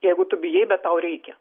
jeigu tu bijai bet tau reikia